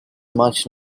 much